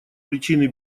причины